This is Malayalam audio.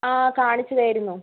ആ കാണിച്ചതായിരുന്നു